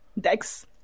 Dex